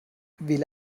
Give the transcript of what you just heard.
wähle